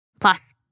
Plus